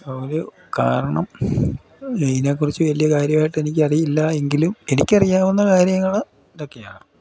ഒരു കാരണം ഇതിനെക്കുറിച്ച് വലിയ കാര്യമായിട്ട് എനിക്ക് അറിയില്ല എങ്കിലും എനിക്ക് അറിയാവുന്ന കാര്യങ്ങൾ ഇതൊക്കെയാണ്